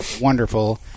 wonderful